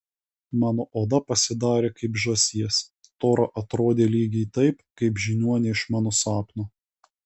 mano oda pasidarė kaip žąsies tora atrodė lygiai taip kaip žiniuonė iš mano sapno